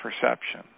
perception